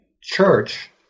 church